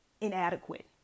inadequate